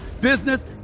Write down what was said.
business